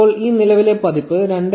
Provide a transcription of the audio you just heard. ഇപ്പോൾ ഈ നിലവിലെ പതിപ്പ് 2